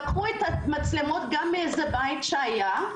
לקחו את המצלמות גם מאיזה בית שהיה,